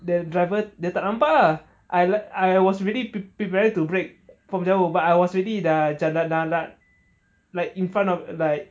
the driver dia tak nampak ah I like I was really prepared to break from jauh but I was already dah macam dah nak